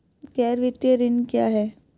गैर वित्तीय ऋण क्या है?